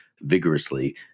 vigorously